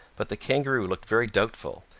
but the kangaroo looked very doubtful,